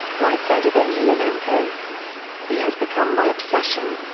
white said of emelianenko he has become my obsession.